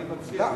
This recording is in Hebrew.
אני מציע,